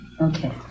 Okay